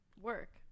Work